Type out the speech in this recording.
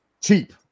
cheap